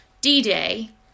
D-Day